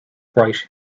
bright